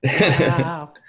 wow